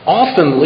often